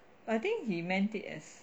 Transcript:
I think he meant it as